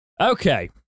Okay